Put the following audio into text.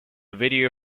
video